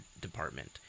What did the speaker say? department